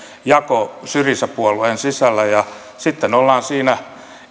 jako syriza puolueen sisällä ja sitten ollaan siinä